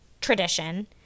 tradition